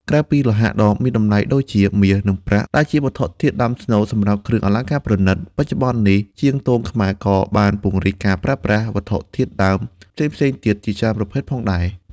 ក្រៅពីលោហៈដ៏មានតម្លៃដូចជា មាស និងប្រាក់ ដែលជាវត្ថុធាតុដើមស្នូលសម្រាប់គ្រឿងអលង្ការប្រណីត បច្ចុប្បន្ននេះជាងទងខ្មែរក៏បានពង្រីកការប្រើប្រាស់ វត្ថុធាតុដើមផ្សេងៗទៀត ជាច្រើនប្រភេទផងដែរ។